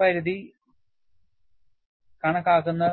K പരിധി കണക്കാക്കുന്ന